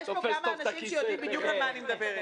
יש פה כמה אנשים שיודעים בדיוק על מה אני מדברת.